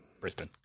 Brisbane